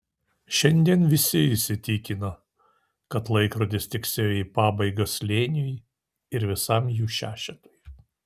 šiandien visi įsitikino kad laikrodis tiksėjo į pabaigą slėniui ir visam jų šešetui